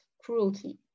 Cruelty